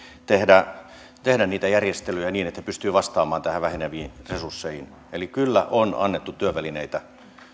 tehdä tehdä niitä järjestelyjä niin että pystyy vastaamaan näihin väheneviin resursseihin eli kyllä on annettu työvälineitä